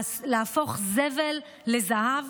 להפוך זבל לזהב.